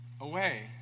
away